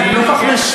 זה גם לא כל כך משנה.